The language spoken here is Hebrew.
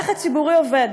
לחץ ציבורי עובד.